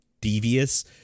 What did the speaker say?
devious